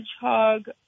hedgehog